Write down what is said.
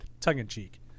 tongue-in-cheek